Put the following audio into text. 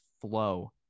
flow